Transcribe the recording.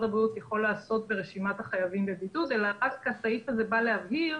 הבריאות יכול לעשות ברשימת החייבים בבידוד אלא רק הסעיף הזה בא להבהיר